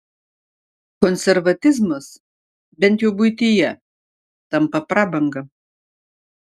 konservatizmas bent jau buityje tampa prabanga